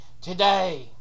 today